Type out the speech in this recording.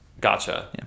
Gotcha